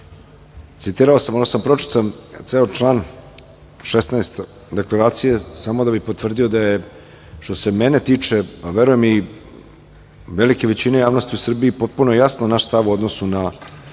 biti sproveden u delo. Pročitao sam ceo član 16. deklaracije samo da bih potvrdio da je, što se mene tiče, a verujem i velike većine javnosti u Srbiji, potpuno jasan naš stav u odnosu na